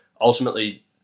ultimately